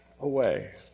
Away